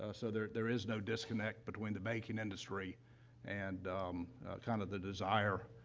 ah so there there is no disconnect between the banking industry and kind of, the desire,